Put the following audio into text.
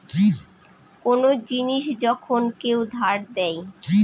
কোন জিনিস যখন কেউ ধার দেয়